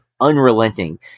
unrelenting